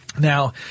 Now